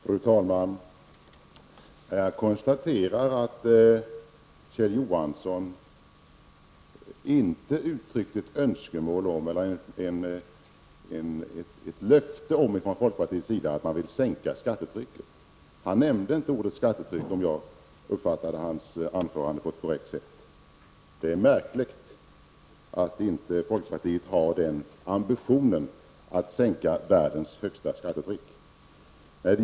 Fru talman! Jag konstaterar att Kjell Johansson inte uttryckte något önskemål från folkpartiet om att man vill sänka skattetrycket. Han nämnde inte ordet skattetryck, om jag uppfattade hans anförande korrekt. Det är märkligt att folkpartiet inte har ambitionen att vilja sänka världens högsta skattetryck.